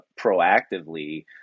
proactively